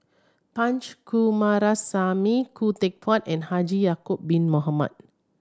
Punch Coomaraswamy Khoo Teck Puat and Haji Ya'acob Bin Mohamed